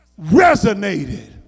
resonated